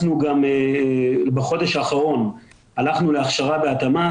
בחוד שהאחרון הלכנו להכשרה והתאמה,